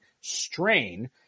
strain